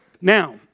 Now